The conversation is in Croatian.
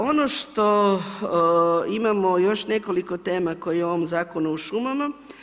Ono što imamo još nekoliko tema kao i u ovom Zakonu o šumama.